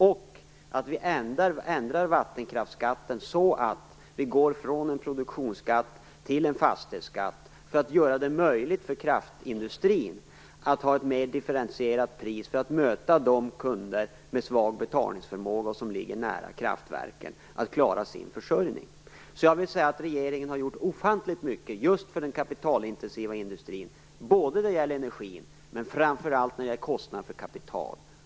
Dessutom ändrar vi vattenkraftsskatten så att vi går från en produktionsskatt till en fastighetsskatt; detta för att göra det möjligt för kraftindustrin att ha ett mera differentierat pris så att man kan möta kunder med svag betalningsförmåga och som ligger nära kraftverken på ett sådant sätt att de kan klara sin försörjning. Jag vill påstå att regeringen har gjort ofantligt mycket just för den kapitalintensiva industrin när det gäller energin och framför allt när det gäller kostnaden för kapital.